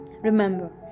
Remember